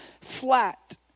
flat